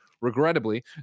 regrettably